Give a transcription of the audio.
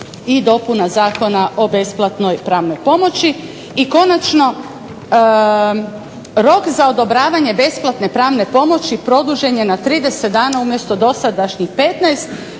i dopuna Zakona o besplatnoj pravnoj pomoći. I konačno, rok za odobravanje besplatne pravne pomoći produžen je na 30 dana, umjesto dosadašnjih 15 jer